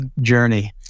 journey